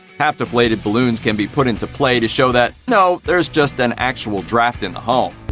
half-deflated balloons can be put into play to show that, no, there's just an actual draft in the home.